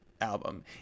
album